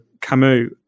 Camus